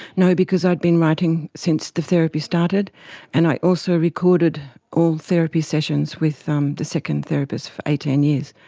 no, because i'd been writing since the therapy started and i also recorded all the therapy sessions with um the second therapist for eighteen years,